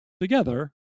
together